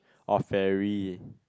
orh ferry